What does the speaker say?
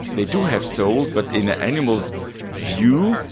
they do have souls, but in animals' view,